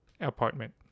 apartment